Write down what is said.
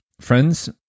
friends